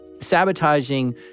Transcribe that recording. sabotaging